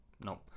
No